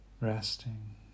Resting